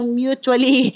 mutually